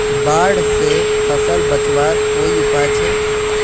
बाढ़ से फसल बचवार कोई उपाय छे?